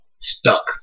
stuck